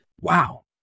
Wow